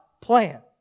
plan